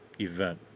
event